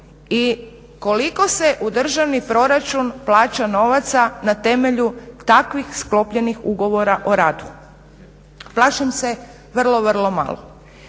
i koliko se u državni proračun plaća novaca na temelju takvih sklopljenih ugovora o radu. Plašim se vrlo, vrlo malo.